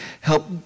help